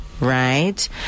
right